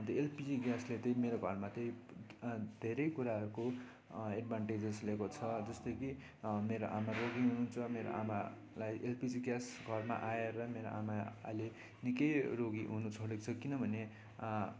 अन्त एलपिजी ग्यासले त्यही मेरो घरमा त्यही धेरै कुराहरूको एडभान्टेजेस ल्याएको छ जस्तै कि मेरो आमा रोगी हुनु हुन्छ मेरो आमालाई एलपिजी ग्यास घरमा आएर मेरो आमा अहिले निकै रोगी हुनु छोडेको छ किनभने